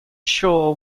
sure